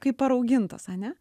kaip paraugintas ane